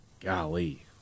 Golly